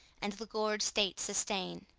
and the gor'd state sustain.